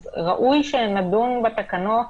אז ראוי שנדון בתקנות